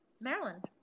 Maryland